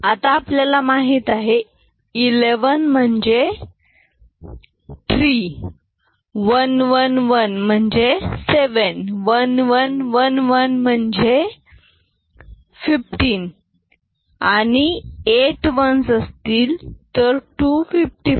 आता आपल्याला माहीत आहे 11 म्हणजे 3 111 म्हणजे 7 1111 म्हणजे 15 आणि 8 1s असतील तर 255